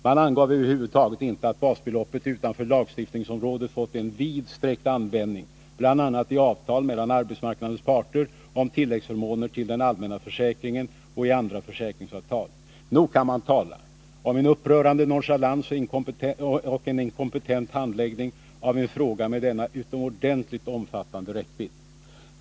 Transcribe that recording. Man angav över huvud taget inte att basbeloppet utanför lagstiftningsområdet fått en vidsträckt användning — bl.a. i avtal mellan arbetsmarknadens parter om tilläggsförmåner till den allmänna försäkringen och i andra försäkringsavtal. Nog kan man tala om en upprörande nonchalans och en inkompetent handläggning av en fråga med denna utomordentligt omfattande räckvidd.